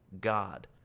God